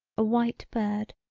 a white bird,